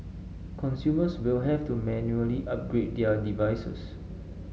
consumers will have to manually upgrade their devices